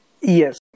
Yes